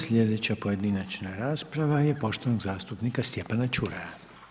Sljedeća pojedinačna rasprava je poštovanog zastupnika Stjepana Čuraja.